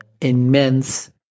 immense